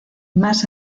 más